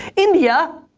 india.